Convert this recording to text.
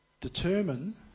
Determine